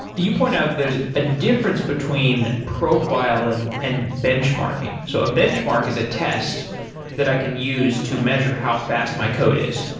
you pointed out that there's a difference between profiling and benchmarking. so a benchmark is a test that i can use to measure how fast my code is.